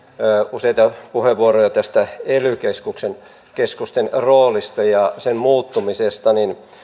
useita puheenvuoroja ely keskusten roolista ja sen muuttumisesta